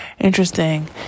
interesting